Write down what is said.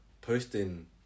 posting